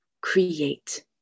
create